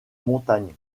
montagne